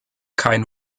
kein